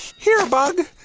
here, bug.